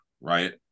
right